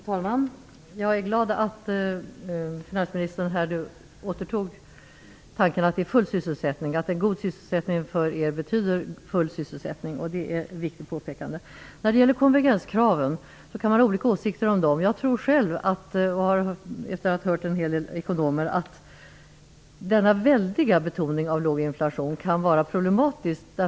Fru talman! Jag är glad att finansministern återtog tanken att en god sysselsättning för er betyder full sysselsättning. Det är ett viktigt påpekande. Det går att ha olika åsikter om konvergenskraven. Efter att ha lyssnat på en hel del ekonomer tror jag själv att denna väldiga betoning av den låga inflationen kan vara problematisk.